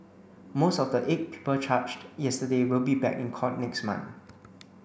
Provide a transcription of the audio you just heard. most of the eight people charged yesterday will be back in court next month